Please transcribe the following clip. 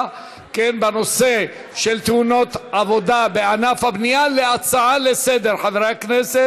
בנושא של תאונות עבודה בענף הבנייה להצעה לסדר-היום.